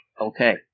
Okay